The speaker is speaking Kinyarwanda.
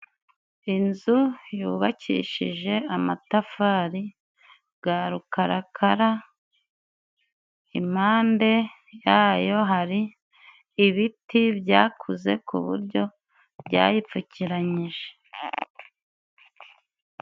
Inzu yubakishije amatafari ga rukarakara, impande yayo hari ibiti byakuze ku buryo byayipfukiranyije.